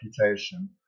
reputation